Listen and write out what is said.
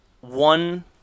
one